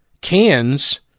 cans